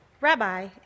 Rabbi